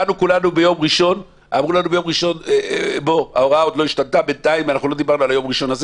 באנו כולנו ביום ראשון ואמרו לנו שלא דיברו על יום ראשון הזה,